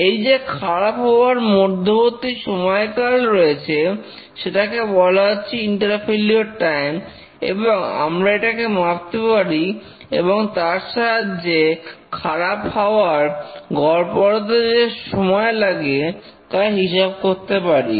এই যে খারাপ হওয়ার মধ্যবর্তী সময়কাল রয়েছে সেটাকে বলা হচ্ছে ইন্টার ফেলিওর টাইম এবং আমরা এটাকে মাপতে পারি এবং তার সাহায্যে খারাপ হওয়ার গড়পরতা যে সময় লাগে তা হিসাব করতে পারি